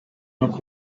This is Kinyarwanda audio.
n’uko